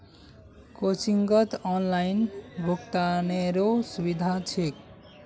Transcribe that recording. कोचिंगत ऑनलाइन भुक्तानेरो सुविधा छेक